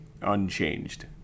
unchanged